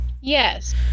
Yes